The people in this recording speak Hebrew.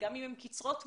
גם אם הן קצרות מועד,